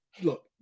look